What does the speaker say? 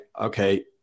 okay